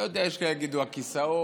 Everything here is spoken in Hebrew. לא יודע, יש שיגידו הכיסאות.